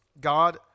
God